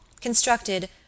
constructed